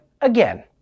again